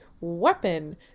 weapon